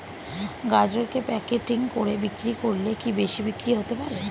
গাজরকে প্যাকেটিং করে বিক্রি করলে কি বেশি বিক্রি হতে পারে?